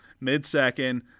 Mid-second